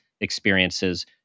experiences